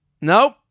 Nope